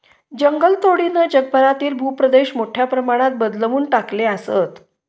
जंगलतोडीनं जगभरातील भूप्रदेश मोठ्या प्रमाणात बदलवून टाकले आसत